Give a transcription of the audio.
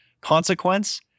consequence